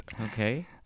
Okay